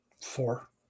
Four